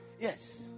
Yes